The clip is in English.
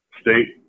state